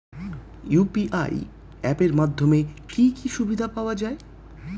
UPI app এর মাধ্যমে কি কি সুবিধা পাওয়া যায়?